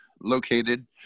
Located